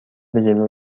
جلو